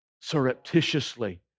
surreptitiously